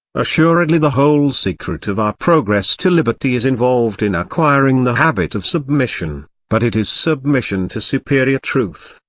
assuredly the whole secret of our progress to liberty is involved in acquiring the habit of submission but it is submission to superior truth,